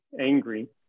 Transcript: angry